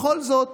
בכל זאת